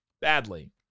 badly